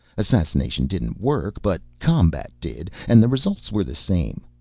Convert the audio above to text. assassination didn't work but combat did, and the results were the same.